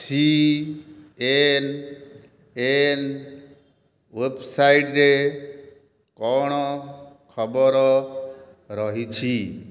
C N N ୱେବ୍ସାଇଟ୍ରେ କ'ଣ ଖବର ରହିଛି